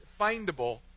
findable